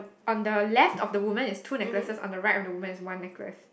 on the left of the woman is two necklaces on the right of the woman is one necklace